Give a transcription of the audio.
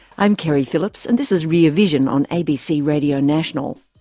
i'm keri phillips and this is rear vision on abc radio national.